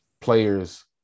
players